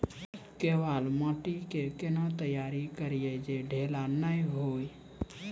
केवाल माटी के कैना तैयारी करिए जे ढेला नैय हुए?